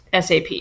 SAP